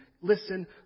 listen